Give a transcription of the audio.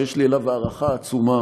שיש לי אליו הערכה עצומה,